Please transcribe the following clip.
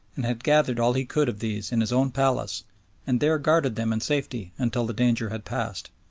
and had gathered all he could of these in his own palace and there guarded them in safety until the danger had passed.